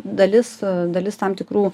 dalis dalis tam tikrų